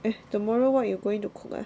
tomorrow what you going to cook ah